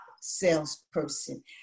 salesperson